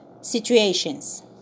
situations